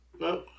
No